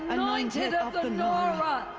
and annointed of the nora!